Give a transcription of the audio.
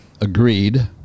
agreed